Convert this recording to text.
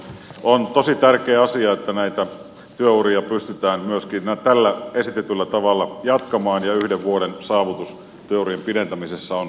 on tosi tärkeä asia että näitä työuria pystytään myöskin tällä esitetyllä tavalla jatkamaan ja yhden vuoden saavutus työurien pidentämisessä on erinomainen asia